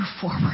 forward